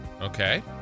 Okay